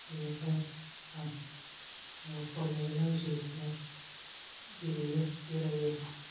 बेनिफ्राय आंबो फरायनायजों लोगोसे बिदिनो गेलेयो बेरायो